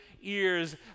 ears